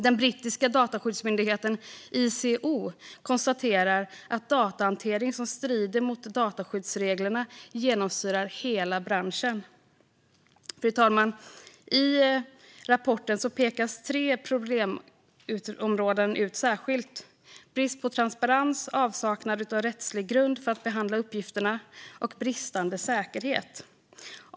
Den brittiska dataskyddsmyndigheten ICO konstaterar att datahantering som strider mot dataskyddsreglerna genomsyrar hela branschen. Fru talman! I rapporten pekas tre problemområden ut särskilt: brist på transparens, avsaknad av rättslig grund för att behandla uppgifterna och bristande säkerhet.